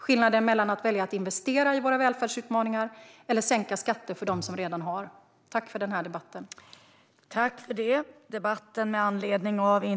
Skillnaden går mellan att vilja investera i våra välfärdsutmaningar eller att sänka skatter för dem som redan har. Tack för den här debatten!